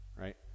right